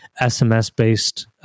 SMS-based